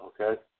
okay